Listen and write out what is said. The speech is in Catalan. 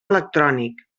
electrònic